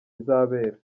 izabera